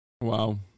Wow